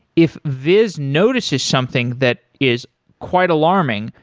if viz notices something that is quite alarming,